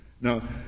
Now